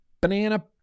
banana